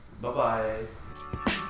Bye-bye